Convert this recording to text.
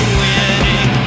winning